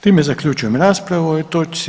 Time zaključujem raspravu o ovoj točci.